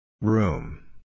Room